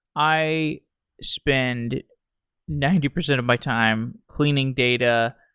i spend ninety percent of my time cleaning data,